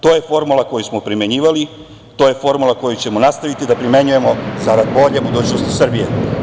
To je formula koju smo primenjivali, to je formula koju ćemo nastaviti da primenjujemo zarad bolje budućnosti Srbije.